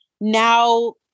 now